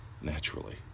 Naturally